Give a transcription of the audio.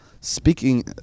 Speaking